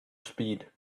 speed